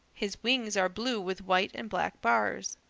his wings are blue with white and black bars.